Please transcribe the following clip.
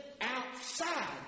outside